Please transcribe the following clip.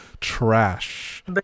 trash